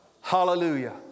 Hallelujah